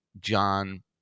John